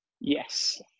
Yes